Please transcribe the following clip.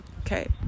okay